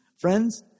Friends